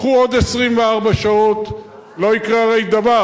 קחו עוד 24 שעות, הרי לא יקרה דבר.